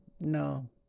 No